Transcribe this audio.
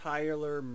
Tyler